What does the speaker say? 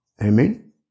Amen